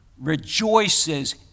rejoices